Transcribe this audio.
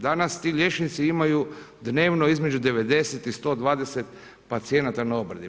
Danas ti liječnici imaju dnevno između 90 i 120 pacijenata na obradi.